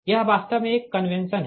यह वास्तव में एक कन्वेंशन है